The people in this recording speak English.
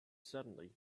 suddenly